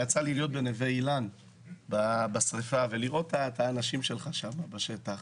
יצא לי להיות בנווה אילן בשריפה ולראות את האנשים שלך שם בשטח.